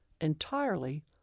entirely